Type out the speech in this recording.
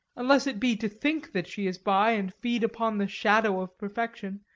unless it be to think that she is by, and feed upon the shadow of perfection.